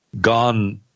gone